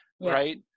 right